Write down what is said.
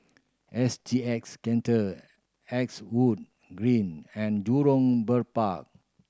S G X Centre X wood Green and Jurong Bird Park